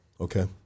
Okay